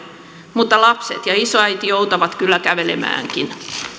mutta lapset ja isoäiti joutavat kyllä kävelemäänkin